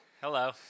Hello